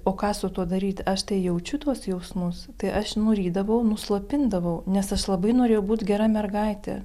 o ką su tuo daryti aš tai jaučiu tuos jausmus tai aš nurydavau nuslopindavau nes aš labai norėjau būt gera mergaite